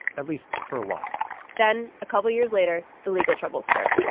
at least for a while then, a couple years later, the legal troubles start.